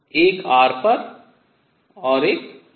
एक r पर और एक पर है